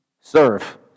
Serve